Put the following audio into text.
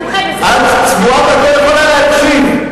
אני לא יכול להשלים משפט.